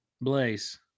blaze